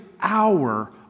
hour